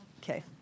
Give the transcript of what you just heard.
Okay